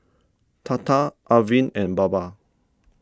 Tata Arvind and Baba